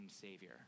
savior